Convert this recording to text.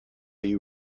you